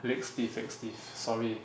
leg stiff leg stiff sorry